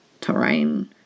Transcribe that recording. terrain